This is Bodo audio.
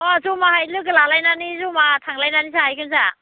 अह जमायै लोगो लालायनानै जमा थांलायनानै जाहैगोन जोंहा